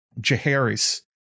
Jaharis